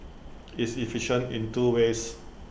it's efficient in two ways